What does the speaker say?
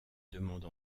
demande